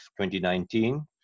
2019